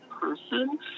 person